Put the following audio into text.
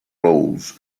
roles